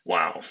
Wow